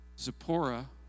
Zipporah